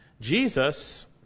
Jesus